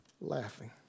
laughing